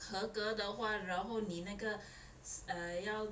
合格的话然后你那个 uh 要